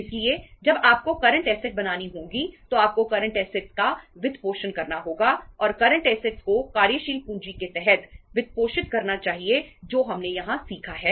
इसलिए जब आपको करंट ऐसेट वित्त सबसे सस्ता है